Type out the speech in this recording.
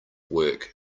work